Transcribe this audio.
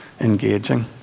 engaging